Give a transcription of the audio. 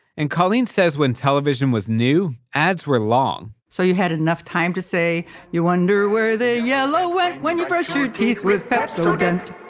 and colleen says when television was new, ads were long so you had enough time to say you wonder where the yellow went, when you brush your teeth with pepsodent